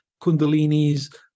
kundalini's